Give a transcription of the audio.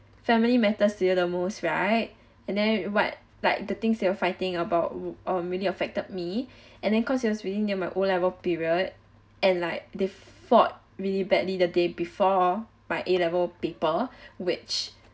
family matters to you the most right and then what like the things they're fighting about uh really affected me and then cause it was really near my O level period and like they fought really badly the day before my A level paper which